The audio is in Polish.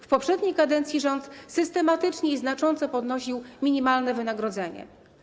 W poprzedniej kadencji rząd systematycznie i znacząco podnosił minimalne wynagrodzenie.